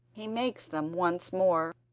he makes them once more,